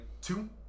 two